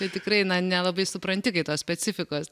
tai tikrai nelabai supranti kai tos specifikos